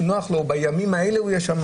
נוח לו כי בימים מסוימים הוא יהיה שם